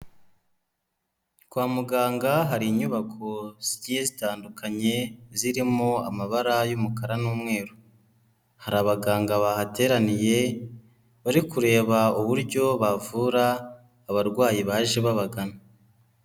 Kwa muganga hari inyubako zigiye zitandukanye, zirimo amabara y'umukara n'umweru. Hari abaganga bahateraniye, bari kureba uburyo bavura abarwayi baje babagana.